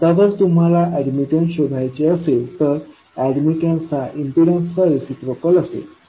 आता जर तुम्हाला अॅडमिटन्स शोधायचे असेल तर अॅडमिटन्स हा इम्पीडन्सचा रेसिप्रोकल असेल